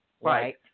Right